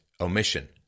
omission